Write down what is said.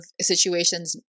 situations